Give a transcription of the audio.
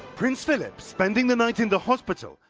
prince phillips spending the night in the hospital,